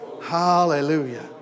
Hallelujah